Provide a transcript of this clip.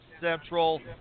central